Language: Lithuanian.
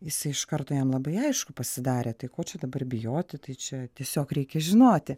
jisai iš karto jam labai aišku pasidarė tai ko čia dabar bijoti tai čia tiesiog reikia žinoti